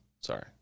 Sorry